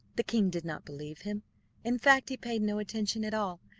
the king did not believe him in fact he paid no attention at all,